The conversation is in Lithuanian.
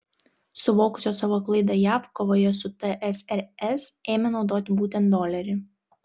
suvokusios savo klaidą jav kovoje su tsrs ėmė naudoti būtent dolerį